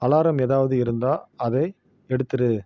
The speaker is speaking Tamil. அலாரம் ஏதாவது இருந்தா அதை எடுத்துரு